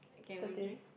can we drink